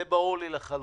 זה ברור לי לחלוטין.